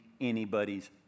anybody's